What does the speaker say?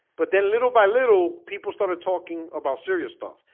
but then little by little people started talking about serious stuff,